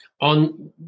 On